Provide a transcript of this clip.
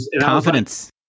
Confidence